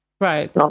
Right